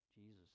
Jesus